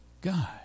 guy